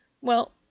Well